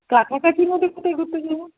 কাছাকাছির মধ্যে কোথায় ঘুরতে যাবো